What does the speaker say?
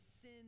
sin